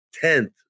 tenth